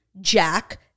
Jack